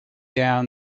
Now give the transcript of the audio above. down